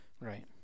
Right